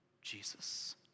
Jesus